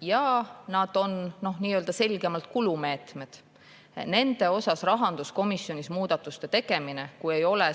Jaa, need on selgemalt nii‑öelda kulumeetmed. Nende puhul rahanduskomisjonis muudatuste tegemine, kui ei ole